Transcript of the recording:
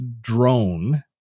drone